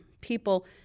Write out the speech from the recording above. people